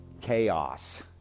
chaos